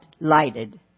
lighted